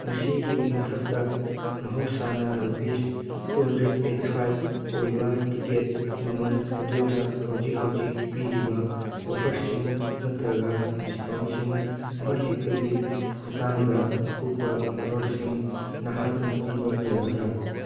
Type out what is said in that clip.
ꯃꯁꯤꯒꯤ ꯃꯊꯛꯇ ꯃꯍꯧꯁꯥꯅ rupees two hundred eighty five ꯑꯣꯏꯕ ꯇꯤꯀꯦꯠ ꯃꯃꯜ ꯑꯗꯨꯗ ꯍꯧꯖꯤꯛ ꯍꯧꯖꯤꯛ ꯄꯤꯔꯤꯕ ꯑꯣꯐꯔꯁꯤꯡ ꯅꯠꯇ꯭ꯔꯒ ꯗꯤꯁꯀꯥꯎꯟꯁꯤꯡ ꯑꯃ ꯍꯦꯛꯇꯒꯤ ꯃꯇꯥꯡꯗ ꯑꯀꯨꯞꯄ ꯃꯔꯣꯜꯁꯤꯡ ꯅꯍꯥꯛꯅ ꯄꯤꯕ ꯌꯥꯒꯗ꯭ꯔꯥ